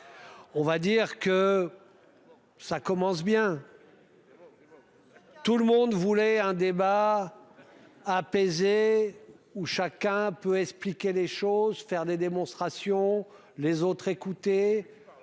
On va dire que. Ça commence bien. Tout le monde voulait un débat. Apaisé où chacun peut expliquer les choses, faire des démonstrations. Les autres, écoutez.